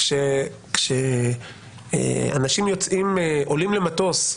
כשאנשים עולים למטוס,